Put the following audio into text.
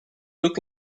look